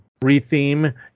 retheme